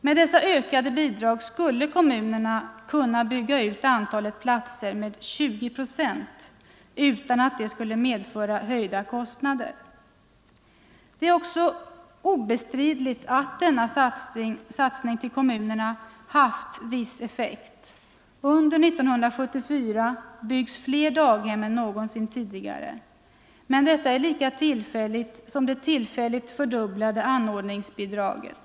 Med dessa ökade bidrag skulle kommunerna kunna bygga ut antalet platser med 20 procent utan att det skulle medföra höjda kostnader. Det är obestridligt att denna satsning på ökade bidrag till kommunerna haft viss effekt. Under 1974 byggs fler daghem än någonsin tidigare. Men detta är lika tillfälligt som fördubblingen av anordningsbidraget.